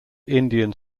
indian